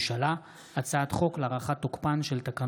הצעת חוק הרשויות המקומיות (פטור חיילים,